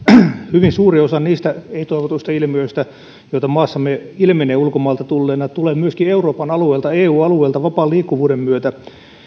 hyvin suuri osa niistä ei toivotuista ilmiöistä joita maassamme ilmenee ulkomailta tulleina tulee myöskin eu alueelta vapaan liikkuvuuden myötä